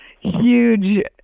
huge